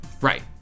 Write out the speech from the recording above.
Right